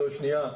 לא, שנייה,